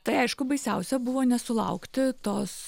tai aišku baisiausia buvo nesulaukti tos